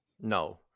No